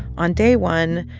on day one,